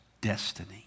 destiny